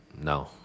No